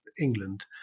England